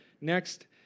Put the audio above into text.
Next